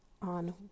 On